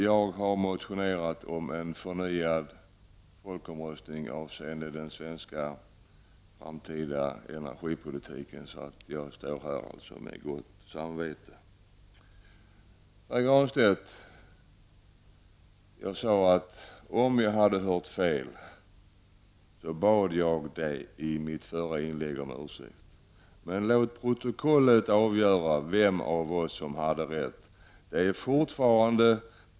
Jag har motionerat om en förnyad folkomröstning avseende den svenska framtida energipolitiken, så jag står här med gott samvete. Pär Granstedt! Jag sade i mitt förra inlägg att om jag hade hört fel bad jag om ursäkt. Men låt protokollet avgöra vem av oss som hade rätt.